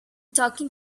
talking